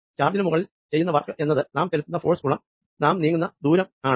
ചാർജിനു മുകളിൽ ചെയ്യുന്ന വർക്ക് എന്നത് നാം ചെലുത്തുന്ന ഫോഴ്സ് ഗുണം നമ്മ നീങ്ങുന്ന ദൂരം ആണ്